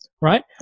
Right